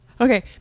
okay